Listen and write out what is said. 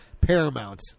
paramount